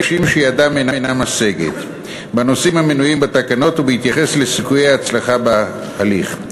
שידם אינה משגת בנושאים המנויים בתקנות ובהתייחס לסיכויי ההצלחה בהליך.